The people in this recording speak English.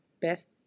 best